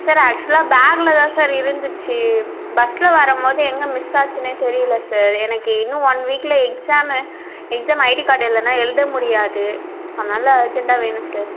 sir அக்ஷுவலாக பேக்கில் தான் சார் இருந்துச்சு பஸ்ஸில் வரம்போது எங்கே மிஸ் ஆச்சுனே தெரியல சார் எனக்கு இன்னும் ஒன் வீக்கில் எக்ஸாமு எக்ஸாம் ஐடி கார்டு இல்லைன்னா எழுத முடியாது அதனால அர்ஜெண்ட்டாக வேணும் சார்